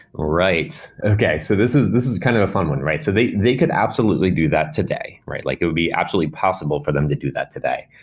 right. okay. so this is this is kind of a fun one, right? so they they could absolutely do that today. like it would be absolutely possible for them to do that today.